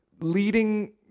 leading